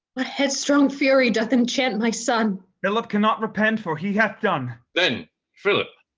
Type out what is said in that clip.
what head-strong fury doth enchant my son? philip cannot repent, for he hath done. then philip,